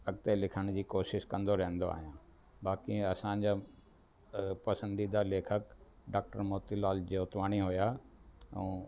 अॻिते लिखण जी कोशिशि कंदो रहंदो आयां बाक़ी असांजा अ पसंदीदा लेखकु डॉक्टर मोतीलाल जोतवाणी हुया ऐं